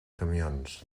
camions